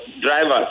drivers